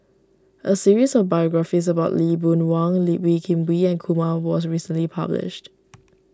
a series of biographies about Lee Boon Wang Lee Wee Kim Wee and Kumar was recently published